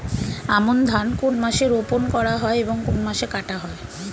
আমন ধান কোন মাসে রোপণ করা হয় এবং কোন মাসে কাটা হয়?